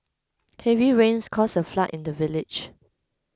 heavy rains caused a flood in the village